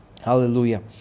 Hallelujah